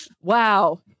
Wow